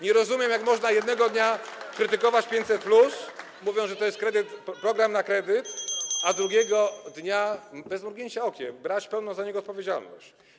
Nie rozumiem, jak można jednego dnia krytykować 500+, mówiąc, że to jest program na kredyt, a drugiego dnia bez mrugnięcia okiem brać za niego pełną odpowiedzialność.